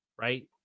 Right